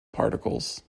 particles